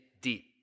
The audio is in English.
deep